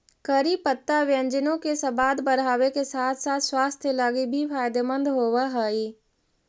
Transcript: करी पत्ता व्यंजनों के सबाद बढ़ाबे के साथ साथ स्वास्थ्य लागी भी फायदेमंद होब हई